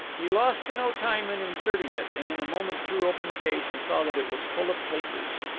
he lost no time in inserting it, and in a moment threw open the case and saw that it was full of papers.